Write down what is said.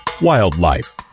Wildlife